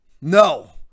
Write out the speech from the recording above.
No